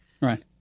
Right